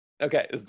Okay